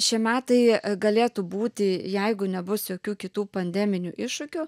šie metai galėtų būti jeigu nebus jokių kitų pandeminių iššūkių